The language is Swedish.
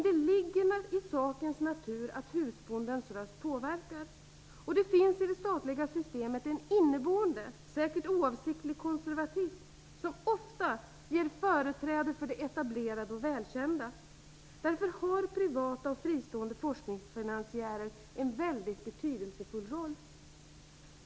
Det ligger i sakens natur att husbondens röst påverkar. Det finns i det statliga systemet en inneboende, säkert oavsiktlig, konservatism, som ofta ger företräde för det etablerade och välkända. Därför har privata och fristående forskningsfinansiärer en väldigt betydelsefull roll.